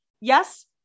Yes